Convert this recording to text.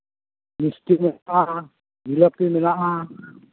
ᱢᱤᱥᱴᱤ ᱢᱮᱱᱟᱜᱼᱟ ᱡᱷᱤᱞᱟᱹᱯᱤ ᱢᱮᱱᱟᱜᱼᱟ